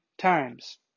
times